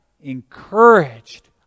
encouraged